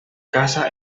caza